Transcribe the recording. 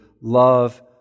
love